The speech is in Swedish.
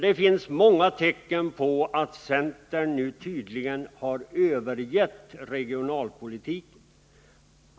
Det finns många tecken på att centern tydligen nu har övergett regionalpolitiken.